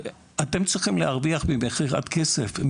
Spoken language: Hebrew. אתם צריכים להרוויח ממכירת כסף.